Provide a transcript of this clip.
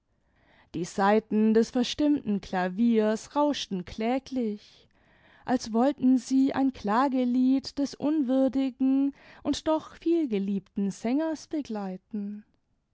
die saiten des verstimmten klaviers rauschten kläglich als wollten sie ein klagelied des unwürdigen und doch vielgeliebten sängers begleiten